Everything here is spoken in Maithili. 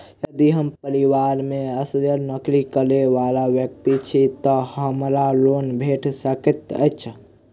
यदि हम परिवार मे असगर नौकरी करै वला व्यक्ति छी तऽ हमरा लोन भेट सकैत अछि?